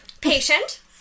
patient